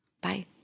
Bye